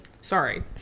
sorry